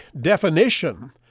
definition